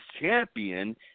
Champion